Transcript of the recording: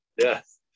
Yes